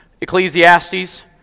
Ecclesiastes